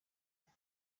kuba